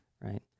Right